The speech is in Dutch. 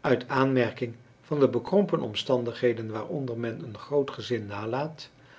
uit aanmerking van de bekrompen omstandigheden waaronder men een groot gezin nalaat